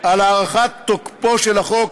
על הארכת תוקפו של החוק,